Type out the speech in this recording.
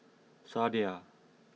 Sadia